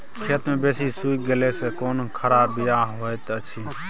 खेत मे बेसी सुइख गेला सॅ कोनो खराबीयो होयत अछि?